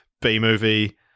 B-movie